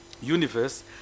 Universe